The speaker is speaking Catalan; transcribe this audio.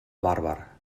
bàrbar